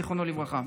זיכרונו לברכה.